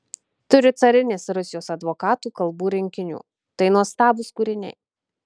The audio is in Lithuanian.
turiu carinės rusijos advokatų kalbų rinkinių tai nuostabūs kūriniai